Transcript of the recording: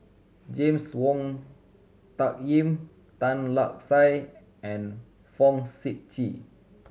James Wong Tuck Yim Tan Lark Sye and Fong Sip Chee